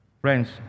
Friends